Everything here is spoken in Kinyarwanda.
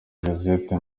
josette